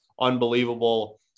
unbelievable